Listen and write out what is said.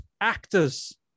actors